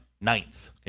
ninth